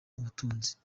ubutunzi